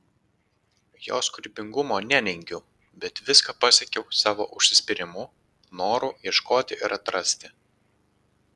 jos kūrybingumo neneigiu bet viską pasiekiau savo užsispyrimu noru ieškoti ir atrasti